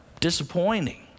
disappointing